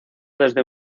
desde